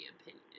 opinion